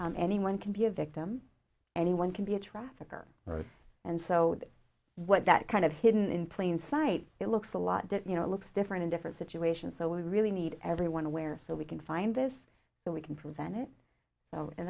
anyone can be a victim anyone can be a trafficker and so what that kind of hidden in plain sight it looks a lot to you know it looks different in different situations so we really need everyone aware so we can find this so we can prevent it